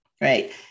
right